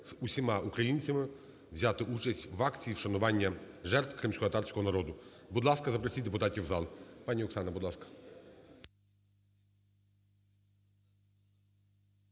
з усіма українцями взяти участь в акції вшанування жертв кримськотатарського народу. Будь ласка, запросіть депутатів в зал.